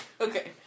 okay